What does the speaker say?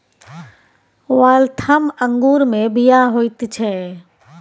Waltham अंगूरमे बीया होइत छै